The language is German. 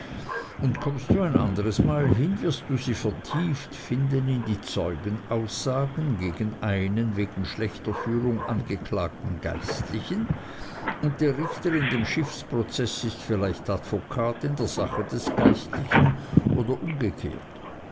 und kommst du ein anderes mal hin wirst du sie vertieft finden in die zeugenaussagen gegen einen wegen schlechter führung angeklagten geistlichen und der richter in dem schiffsprozeß ist vielleicht advokat in der sache des geistlichen oder umgekehrt